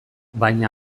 baina